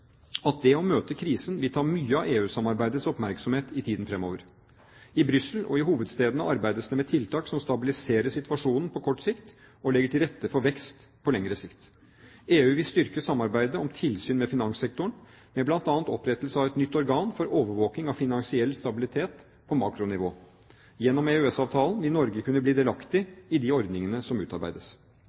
at det å møte krisen vil ta mye av EU-samarbeidets oppmerksomhet i tiden fremover. I Brussel og i hovedstedene arbeides det med tiltak som stabiliserer situasjonen på kort sikt og legger til rette for vekst på lengre sikt. EU vil styrke samarbeidet om tilsyn med finanssektoren med bl.a. opprettelse av et nytt organ for overvåking av finansiell stabilitet på makronivå. Gjennom EØS-avtalen vil Norge kunne bli delaktig i de ordningene som utarbeides.